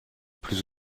plus